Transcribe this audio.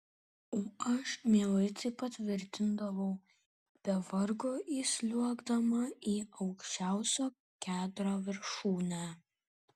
o aš mielai tai patvirtindavau be vargo įsliuogdama į aukščiausio kedro viršūnę